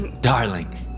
Darling